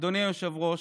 אדוני היושב-ראש,